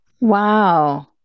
Wow